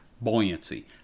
Buoyancy